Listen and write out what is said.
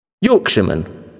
Yorkshireman